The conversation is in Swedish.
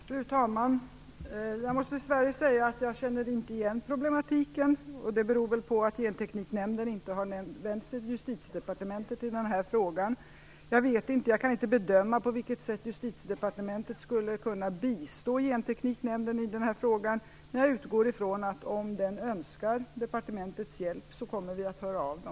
Fru talman! Jag måste dess värre säga att jag inte känner igen problematiken. Det beror väl på att Gentekniknämnden inte har vänt sig till Justitiedepartementet i den här frågan. Jag kan inte bedöma på vilket sätt Justitiedepartementet skulle kunna bistå Gentekniknämnden i den här frågan, men jag utgår från att om nämnden önskar departementets hjälp så kommer vi att höra av dem.